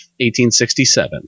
1867